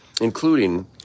including